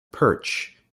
perch